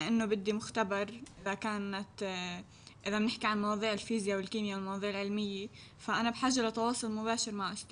וזה לא ממש עוזר לי כי אני צריכה ליישם את זה בפועל,